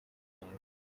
neza